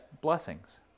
blessings